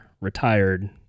retired